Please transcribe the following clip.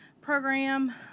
program